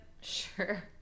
sure